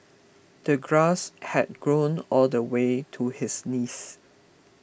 the grass had grown all the way to his knees